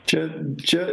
čia čia